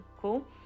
cool